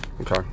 Okay